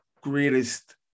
greatest